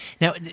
Now